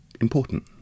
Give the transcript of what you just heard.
important